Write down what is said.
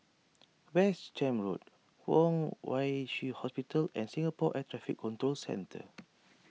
West Camp Road Kwong Wai Shiu Hospital and Singapore Air Traffic Control Centre